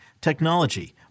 technology